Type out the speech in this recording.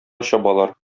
чабалар